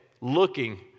looking